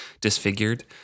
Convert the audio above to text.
disfigured